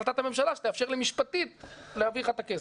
החלטת הממשלה שתאפשר לי משפטית להעביר לך את הכסף'.